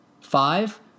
five